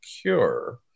cure